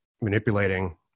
manipulating